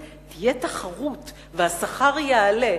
שתיים, תוכנית ויסקונסין.